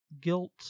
guilt